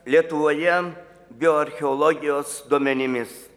lietuvoje bioarcheologijos duomenimis